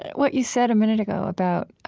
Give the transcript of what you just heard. what you said a minute ago about